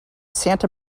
santa